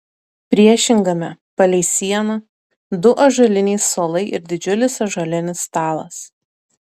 priešingame palei sieną du ąžuoliniai suolai ir didžiulis ąžuolinis stalas